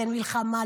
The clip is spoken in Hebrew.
כן מלחמה,